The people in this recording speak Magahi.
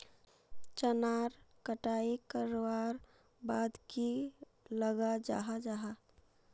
चनार कटाई करवार बाद की लगा जाहा जाहा?